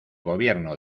gobierno